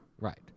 Right